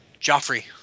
Joffrey